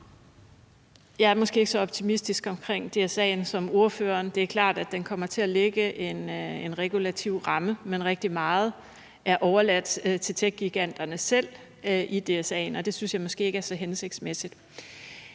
Jeg er måske ikke så optimistisk omkring DSA'en, som ordføreren er. Det er klart, at den kommer til at lægge en regulativ ramme, men rigtig meget er overladt til techgiganterne selv i DSA'en, og det synes jeg måske ikke er så hensigtsmæssigt.